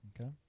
Okay